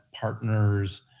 partners